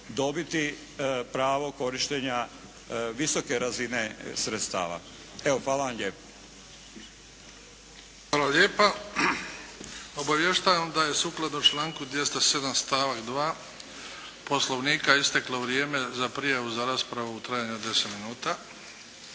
dobiti pravo korištenja visoke razine sredstava. Evo, hvala vam lijepo. **Bebić, Luka (HDZ)** Hvala lijepa. Obavještavam da je sukladno članku 207. stavak 2. Poslovnika isteklo vrijeme za prijavu za raspravu u trajanju od 10 minuta.